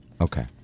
okay